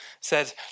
says